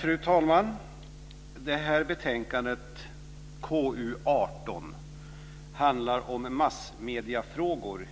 Fru talman! Det här betänkandet, KU18, handlar om massmediefrågor